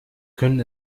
können